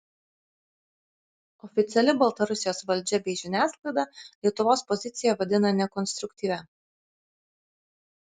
oficiali baltarusijos valdžia bei žiniasklaida lietuvos poziciją vadina nekonstruktyvia